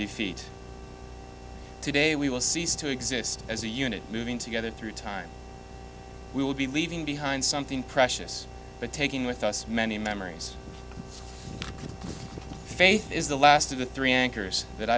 defeat today we will cease to exist as a unit moving together through time we will be leaving behind something precious but taking with us many memories faith is the last of the three anchors that